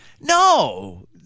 no